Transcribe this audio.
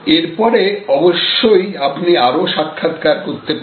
এরপরে অবশ্যই আপনি আরও সাক্ষাৎকার করতে পারেন